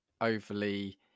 overly